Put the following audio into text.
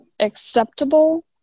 acceptable